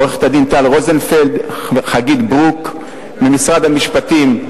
עורכת-הדין טל רוזנפלד, חגית ברוק, ממשרד המשפטים,